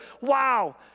Wow